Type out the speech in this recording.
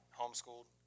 homeschooled